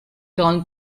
crown